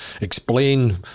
explain